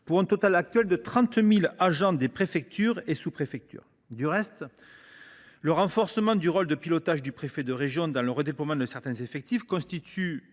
pour un total actuel d’environ 30 000 agents des préfectures et sous préfectures. Du reste, si le renforcement du rôle de pilotage du préfet de région dans le redéploiement de certains effectifs constitue